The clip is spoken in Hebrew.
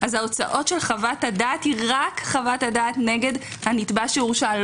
אז ההוצאות של חוות הדעת היא רק חוות הדעת נגד הנתבע שהורשע,